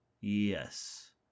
yes